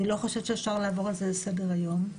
אני לא חושבת שאפשר לעבור על זה לסדר היום,